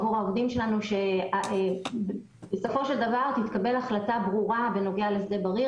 עבור העובדים שלנו שבסופו של דבר תתקבל החלטה ברורה בנוגע לשדה בריר,